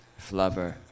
Flubber